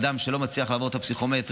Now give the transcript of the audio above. אדם שלא מצליח לעבור את הפסיכומטרי,